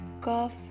cough